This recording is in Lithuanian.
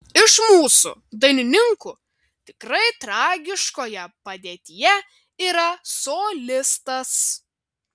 iš mūsų dainininkų tikrai tragiškoje padėtyje yra solistas